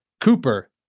Cooper